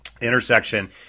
intersection